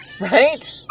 right